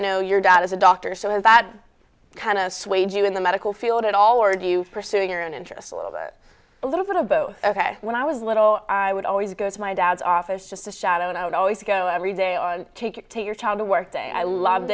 know your dad is a doctor so is that kind of swayed you in the medical field at all or do you pursue your own interest a little bit a little bit of both ok when i was little i would always go to my dad's office just a shadow and i would always go every day on take it take your child to work day i loved